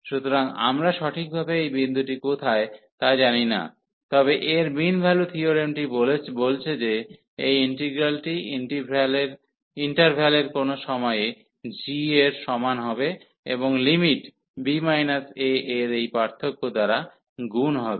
সুতরাং আমরা সঠিকভাবে এই বিন্দুটি কোথায় তা জানি না তবে এর মিন ভ্যালু থিওরেমটি বলছে যে এই ইন্টিগ্রালটি ইন্টারভ্যালের কোনও সময়ে g এর সমান হবে এবং লিমিট b a এর এই পার্থক্য দ্বারা গুণ হবে